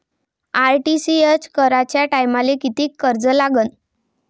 RTGS कराच्या टायमाले किती चार्ज लागन?